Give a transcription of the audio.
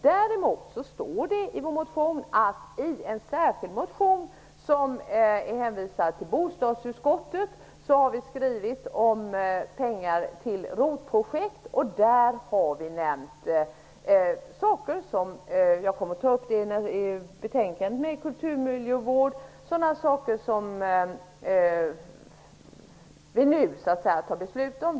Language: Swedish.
Däremot har vi i en särskild motion, som har hänvisats till bostadsutskottet, skrivit om pengar till ROT-projekt, och där har vi nämnt saker som vi nu har att fatta beslut om.